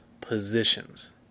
positions